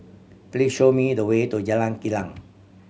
please show me the way to Jalan Kilang